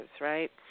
right